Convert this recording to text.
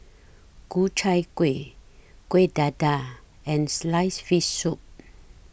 Ku Chai Kueh Kueh Dadar and Sliced Fish Soup